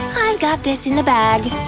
got this in the bag.